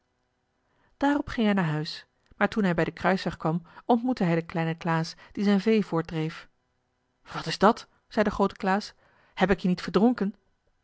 daarop ging hij naar huis maar toen hij bij den kruisweg kwam ontmoette hij den kleinen klaas die zijn vee voortdreef wat is dat zei de groote klaas heb ik je niet verdronken